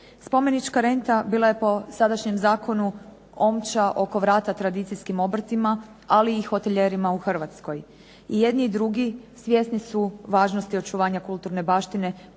Spomenička renta bila je po sadašnjem zakonu omča oko vrata tradicijskim obrtima, ali i hotelijerima u Hrvatskoj. I jedni i drugi svjesni su važnosti očuvanja kulturne baštine posebno